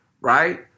right